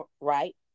right